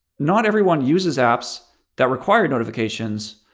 not everyone uses apps that require notifications,